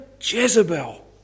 Jezebel